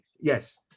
yes